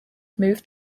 moved